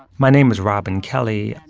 my name is robin kelley,